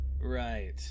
Right